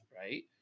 right